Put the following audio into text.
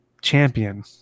Champion